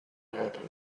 happen